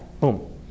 Boom